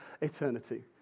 eternity